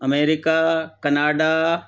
America Canada